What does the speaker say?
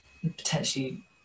potentially